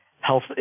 health